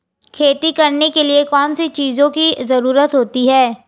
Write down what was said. खेती करने के लिए कौनसी चीज़ों की ज़रूरत होती हैं?